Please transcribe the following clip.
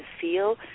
feel